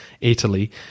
Italy